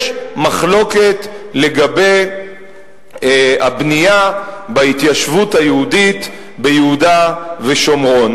יש מחלוקת לגבי הבנייה בהתיישבות היהודית ביהודה ושומרון.